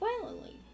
Violently